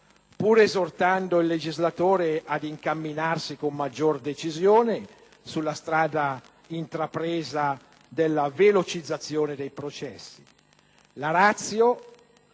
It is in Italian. pur esortando il legislatore ad incamminarsi con maggior decisione sulla strada intrapresa della velocizzazione dei processi. La *ratio*